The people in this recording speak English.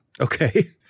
Okay